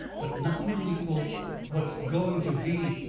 but nothing to equal what's going to be,